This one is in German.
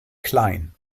klein